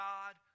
God